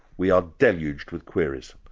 we are deluged with queries.